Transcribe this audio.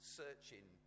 searching